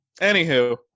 Anywho